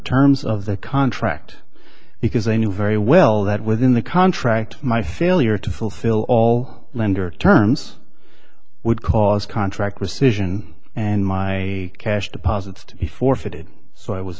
terms of the contract because they knew very well that within the contract my failure to fulfill all lender terms would cause contract rescission and my cash deposits to be forfeited so i was